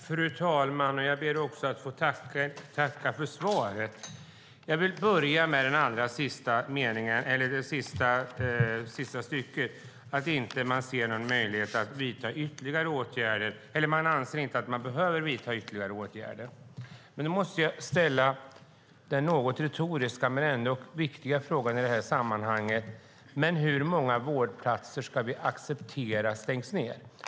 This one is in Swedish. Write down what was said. Fru talman! Jag ber att få tacka ministern för svaret. Jag vill börja med vad som sades i sista stycket av svaret, att man inte anser att man behöver vidta ytterligare åtgärder. Då måste jag ställa den något retoriska men ändå viktiga frågan i det här sammanhanget: Hur många vårdplatser ska vi acceptera att man stänger?